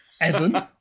Evan